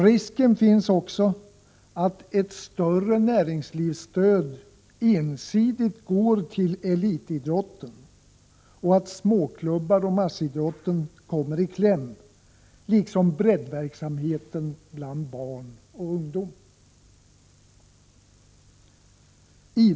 Risk finns också att ett större näringslivsstöd ensidigt går till elitidrotten och att småklubbarna och massidrotten liksom breddverksamheten bland barn och ungdom kommer i kläm.